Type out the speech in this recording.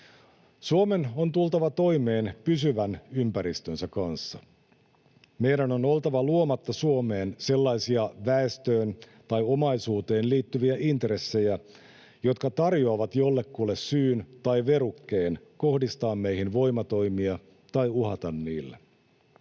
Suomen on tultava toimeen pysyvän ympäristönsä kanssa. Meidän on oltava luomatta Suomeen sellaisia väestöön tai omaisuuteen liittyviä intressejä, jotka tarjoavat jollekulle syyn tai verukkeen kohdistaa meihin voimatoimia tai uhata niillä.